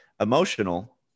emotional